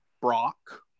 Brock